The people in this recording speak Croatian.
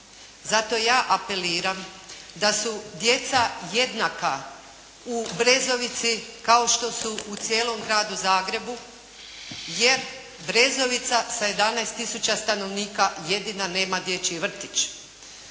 Zato ja apeliram da su djeca jednaka u Brezovici kao što su u cijelom Gradu Zagrebu, jer Brezovica sa 11 tisuća stanovnika jedina nema dječji vrtić.